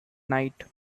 night